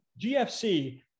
GFC